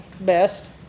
best